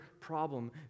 problem